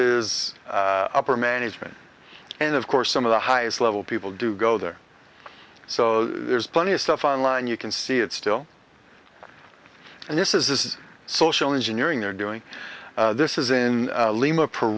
is upper management and of course some of the highest level people do go there so there's plenty of stuff on line you can see it still and this is this is social engineering they're doing this is in lima per